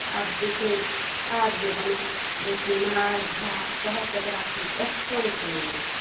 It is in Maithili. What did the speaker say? आब जे छै आब जे बनत बेसी मार धार खत कहत एकरा की एक्शन सिनेमा छियै